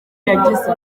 yagize